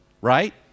right